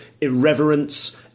irreverence